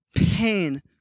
pain